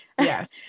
Yes